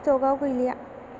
स्टकआव गैलिया